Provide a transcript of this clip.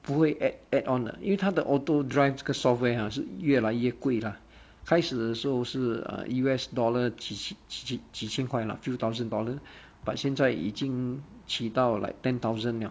不会 add add on 的因为它的 auto drive 这个 software uh 是越来越贵 lah 开始的时候是 uh U_S dollar 几几几几几千块 few thousand dollar but 现在已经起到 like ten thousand 了